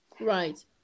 Right